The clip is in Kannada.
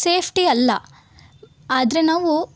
ಸೇಫ್ಟಿ ಅಲ್ಲ ಆದರೆ ನಾವು